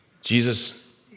Jesus